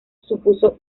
supuso